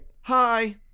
Hi